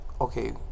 okay